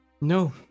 No